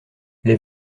les